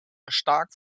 stark